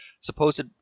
supposed